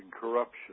corruption